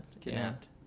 kidnapped